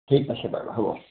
ঠিক আছে বাৰু হ'ব